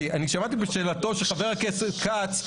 אתה נשאר כשחבר הכנסת מדבר?